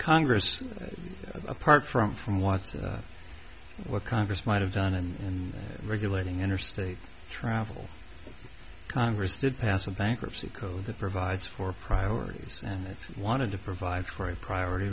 congress apart from from watching what congress might have done and regulating interstate travel congress did pass a bankruptcy code that provides for priorities and it wanted to provide for a priority